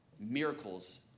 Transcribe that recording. miracles